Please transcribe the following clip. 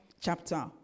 chapter